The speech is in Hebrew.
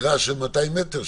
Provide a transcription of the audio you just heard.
מגרש של 200 מטר,